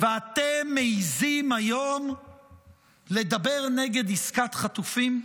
ואתם מעיזים היום לדבר נגד עסקת חטופים?